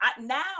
Now